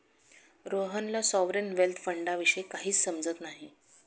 रोहनला sovereign wealth फंडाविषयी काहीच समजत नाही